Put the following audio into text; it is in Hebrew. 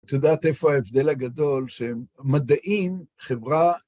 את יודעת איפה ההבדל הגדול, שמדעים, חברה...